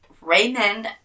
Raymond